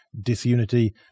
disunity